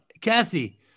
Kathy